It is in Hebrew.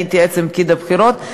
אני אתייעץ עם פקיד הבחירות,